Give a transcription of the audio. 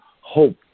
hope